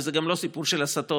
וזה גם לא סיפור של הסטות,